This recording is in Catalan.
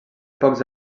pocs